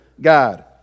God